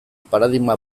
paradigma